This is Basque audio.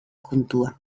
kontua